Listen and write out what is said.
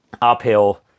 uphill